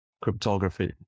cryptography